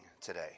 today